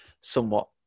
somewhat